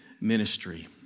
ministry